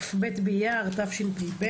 כ"ב באייר התשפ"ב,